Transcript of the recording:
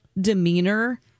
demeanor